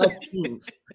teams